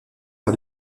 par